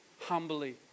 humbly